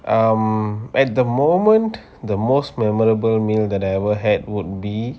um at the moment the most memorable meal that I ever had would be